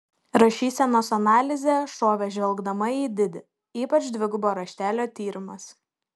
rašysenos analizė šovė žvelgdama į didi ypač dvigubo raštelio tyrimas